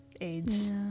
aids